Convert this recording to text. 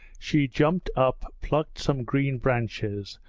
she jumped up, plucked some green branches,